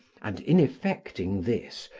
and, in effecting this,